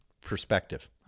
perspective